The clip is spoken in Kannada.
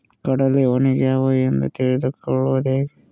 ಕಡಲಿ ಒಣಗ್ಯಾವು ಎಂದು ತಿಳಿದು ಕೊಳ್ಳೋದು ಹೇಗೆ?